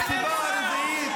והסיבה הרביעית,